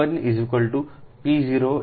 p1 p0 1